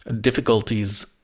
difficulties